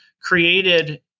created